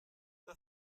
the